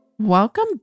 Welcome